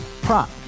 Prop